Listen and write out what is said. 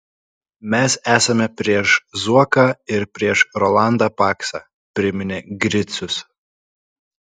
mes esame prieš zuoką ir prieš rolandą paksą priminė gricius